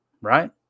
right